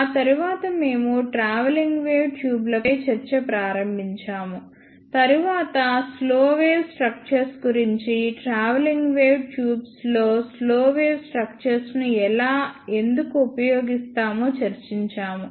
ఆ తరువాత మేము ట్రావెలింగ్ వేవ్ ట్యూబ్లపై చర్చ ప్రారంభించాము తరువాత స్లో వేవ్ స్ట్రక్చర్స్ గురించి ట్రావెలింగ్ వేవ్ ట్యూబ్స్లో స్లో వేవ్ స్ట్రక్చర్స్ను ఎలా ఎందుకు ఉపయోగిస్తామో చర్చించాము